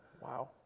Wow